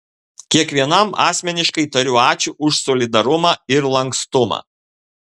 kiekvienam asmeniškai tariu ačiū už solidarumą ir lankstumą